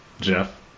Jeff